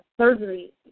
surgery